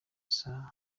saa